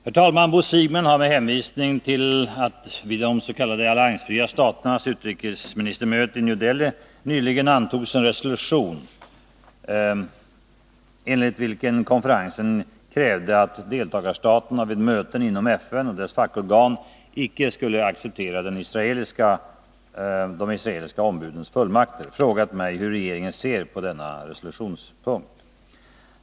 Herr talman! Bo Siegbahn har med hänvisning till att vid de s.k. alliansfria staternas utrikesministermöte i New Delhi nyligen antogs en särskild resolutionspunkt enligt vilken konferensen krävde att deltagarstaterna vid möten inom FN och dess fackorgan icke skulle acceptera de israeliska ombudens fullmakter, frågat mig hur regeringen ser på denna resolutionspunkt.